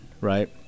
right